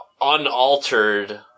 unaltered